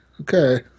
okay